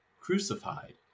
crucified